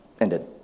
ended